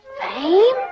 Fame